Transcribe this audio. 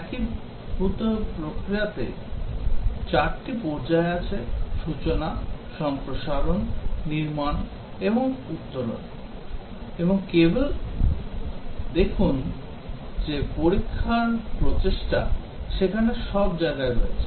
একীভূত প্রক্রিয়াতে 4 টি পর্যায় আছে সূচনা সম্প্রসারণ নির্মাণ এবং উত্তরণ এবং কেবল দেখুন যে পরীক্ষার প্রচেষ্টা সেখানে সব জায়গায় রয়েছে